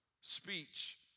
speech